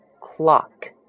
clock